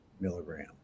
milligram